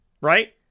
Right